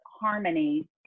harmony